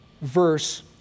verse